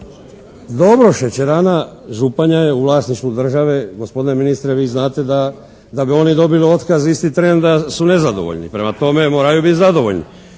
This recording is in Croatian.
Dobro, šećerana Županja je u vlasništvu države. Gospodine ministre, vi znate da bi oni dobili otkaz isti tren da su nezadovoljni. Prema tome, moraju biti zadovoljni.